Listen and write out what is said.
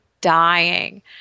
dying